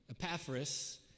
Epaphras